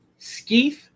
skeeth